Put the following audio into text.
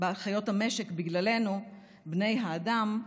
חיות המשק בגללנו, בני האדם,